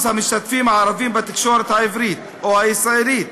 המשתתפים הערבים בתקשורת העברית או הישראלית.